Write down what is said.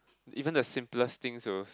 even the simplest things will